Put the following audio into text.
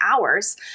hours